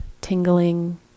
tingling